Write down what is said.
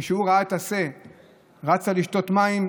כשהוא ראה את השה רצה לשתות מים,